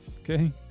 okay